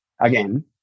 again